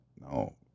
no